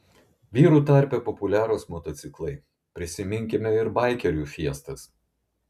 vyrų tarpe populiarūs motociklai prisiminkime ir baikerių fiestas